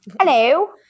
Hello